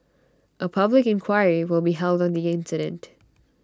A public inquiry will be held on the incident